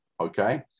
okay